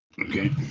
Okay